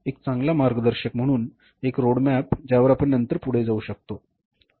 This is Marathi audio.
एक चांगला मार्गदर्शक म्हणून एक रोड मॅप ज्यावर आपण नंतर पुढे जाऊ शकतो बरोबर